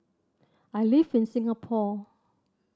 I live in Singapore